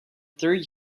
third